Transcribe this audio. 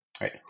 right